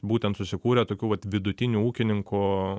būtent susikūrė tokių vat vidutinių ūkininkų